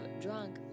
drunk